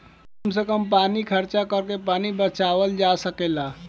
कम से कम पानी खर्चा करके पानी बचावल जा सकेला